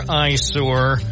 eyesore